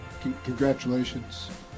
Congratulations